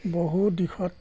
বহু দিশত